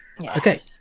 okay